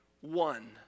one